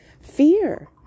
fear